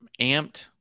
amped